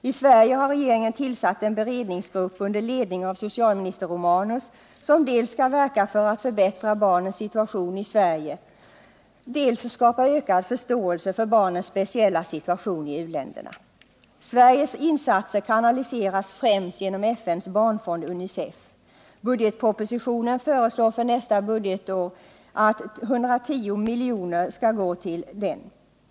I Sverige har regeringen tillsatt en beredningsgrupp under ledning av socialministern Romanus, som skall verka dels för att förbättra barnens situation i Sverige, dels för att skapa ökad förståelse för barnens situation i u-länderna. Sveriges insatser kanaliseras främst genom FN:s barnfond, UNICEF. I budgetpropositionen föreslås att för nästa budgetår 110 milj.kr. skall anslås till denna.